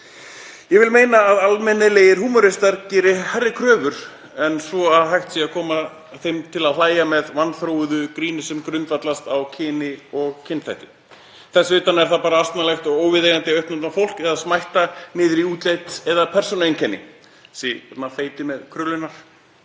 Ég vil meina að almennilegir húmoristar geri meiri kröfur en svo að hægt sé að koma þeim til að hlæja með vanþróuðu gríni sem grundvallast á kyni og kynþætti. Þess utan er það bara asnalegt og óviðeigandi að uppnefna fólk eða smætta niður í útlit eða persónueinkenni; þessi þarna feiti með krullurnar,